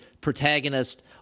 protagonist